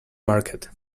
market